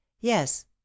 Yes